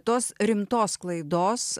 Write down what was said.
tos rimtos sklaidos